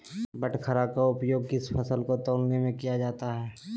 बाटखरा का उपयोग किस फसल को तौलने में किया जाता है?